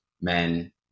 men